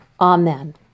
Amen